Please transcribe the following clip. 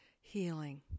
healing